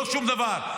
לא שום דבר.